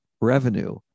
revenue